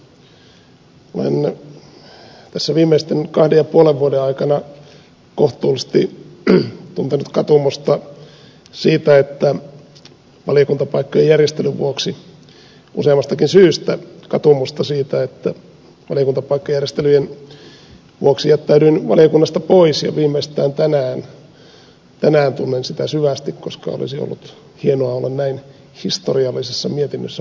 olen tässä viimeisten kahden ja puolen vuoden aikana kohtuullisesti tuntenut useammastakin syystä katumusta siitä että valiokuntapaikkajärjestelyjen vuoksi jättäydyin valiokunnasta pois ja viimeistään tänään tunnen sitä syvästi koska olisi ollut hienoa olla näin historiallisessa mietinnössä mukana